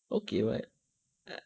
okay what ya